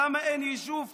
למה אין יישוב חדש?